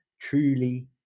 truly